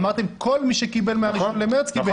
אמרתם כל מי שקיבל מה-1 במרס קיבל.